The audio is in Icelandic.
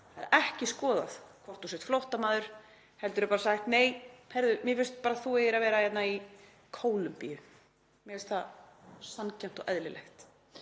Það er ekki skoðað hvort þú sért flóttamaður heldur er bara sagt: Nei, heyrðu, mér finnst bara að þú eigir að vera í Kólumbíu. Mér finnst það sanngjarnt og eðlilegt.